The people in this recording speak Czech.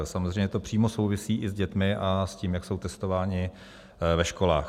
Samozřejmě to přímo souvisí i s dětmi a s tím, jak jsou testované ve školách.